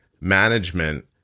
management